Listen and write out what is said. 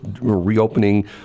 reopening